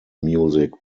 music